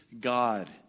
God